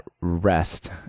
rest